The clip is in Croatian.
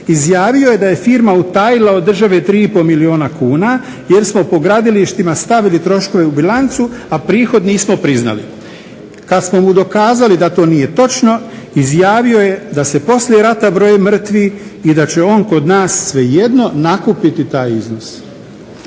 Izjavio je da je firma utajila od države 3,5 milijuna kuna jer smo po gradilištima stavili troškove u bilancu, a prihod nismo priznali. Kad smo mu dokazali da to nije točno izjavio je da se poslije rata broje mrtvi i da će on kod nas svejedno nakupiti taj iznos.